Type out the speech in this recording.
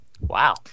Wow